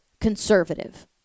conservative